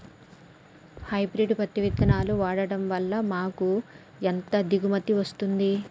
Hybrid పత్తి విత్తనాలు వాడడం వలన మాకు ఎంత దిగుమతి వస్తుంది?